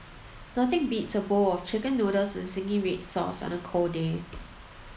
nothing beats a bowl of chicken noodles with zingy red sauce on a cold day